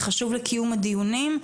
זה חשוב לקיום הדיונים,